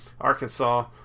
Arkansas